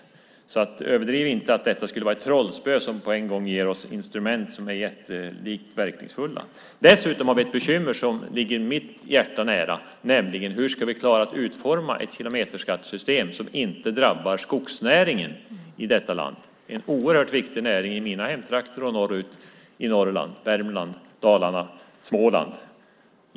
Överdriv inte att detta skulle vara ett trollspö som på en gång ger oss verkningsfulla instrument. Dessutom finns ett bekymmer som ligger mitt hjärta nära, nämligen hur vi ska klara att utforma ett kilometerskattsystem som inte drabbar skogsnäringen i detta land. Det är en oerhört viktig näring i mina hemtrakter och norrut, i Norrland, i Värmland, i Dalarna och i Småland.